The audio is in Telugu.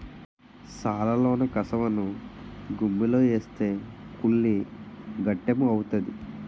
సాలలోన కసవను గుమ్మిలో ఏస్తే కుళ్ళి గెత్తెము అవుతాది